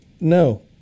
No